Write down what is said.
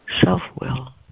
self-will